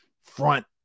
front